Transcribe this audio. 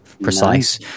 precise